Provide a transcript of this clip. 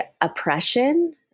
oppression